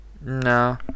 No